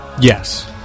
Yes